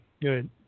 Good